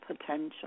potential